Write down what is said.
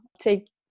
take